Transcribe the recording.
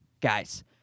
guys